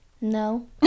No